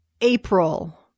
April